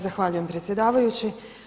Zahvaljujem predsjedavajući.